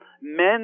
men